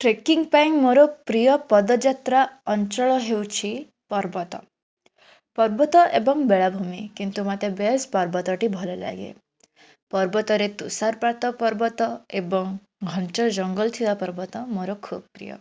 trekking ପାଇଁ ମୋର ପ୍ରିୟ ପଦଯାତ୍ରା ଅଞ୍ଚଳ ହେଉଛି ପର୍ବତ ପର୍ବତ ଏବଂ ବେଳାଭୂମି କିନ୍ତୁ ମୋତେ ବେସ ପର୍ବତଟି ଭଲଲାଗେ ପର୍ବତରେ ତୁଷାରପାତ ପର୍ବତ ଏବଂ ଘଞ୍ଚ ଜଙ୍ଗଲ ଥିବା ପର୍ବତ ମୋର ଖୁବ୍ ପ୍ରିୟ